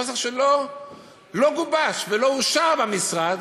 נוסח שלא גובש ולא אושר במשרד,